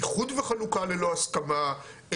איחוד וחלוקה ללא הסכמה,